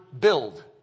build